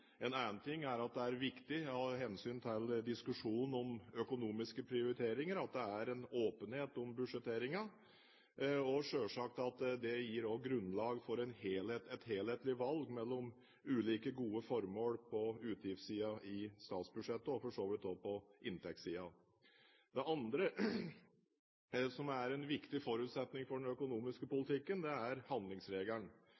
En annen ting er at det er viktig av hensyn til diskusjonen om økonomiske prioriteringer at det er en åpenhet om budsjetteringen, og selvsagt at det også gir grunnlag for et helhetlig valg mellom ulike gode formål på utgiftssiden i statsbudsjettet, og for så vidt også på inntektssiden. Det andre som er en viktig forutsetning for den økonomiske